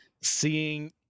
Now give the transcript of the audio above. seeing